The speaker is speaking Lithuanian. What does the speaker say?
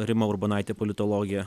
rima urbonaitė politologė